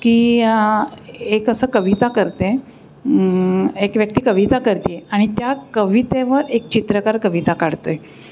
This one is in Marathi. की एक असं कविता करते आहे एक व्यक्ती कविता करते आहे आणि त्या कवितेवर एक चित्रकार कविता काढतो आहे